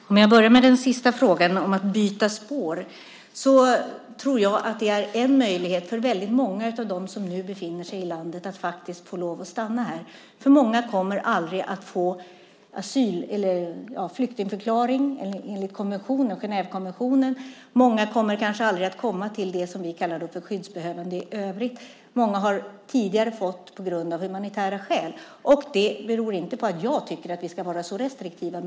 Herr talman! Jag börjar med den sista frågan om att byta spår. Jag tror att det är en möjlighet för väldigt många av dem som nu befinner sig i landet att faktiskt få lov att stanna här. Många kommer aldrig att få flyktingförklaring enligt Genèvekonventionen. Många kommer kanske aldrig att komma till det som vi då kallar för skyddsbehövande i övrigt. Många har tidigare fått stanna av humanitära skäl. Det här beror inte på att jag tycker att vi ska vara så restriktiva.